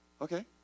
Okay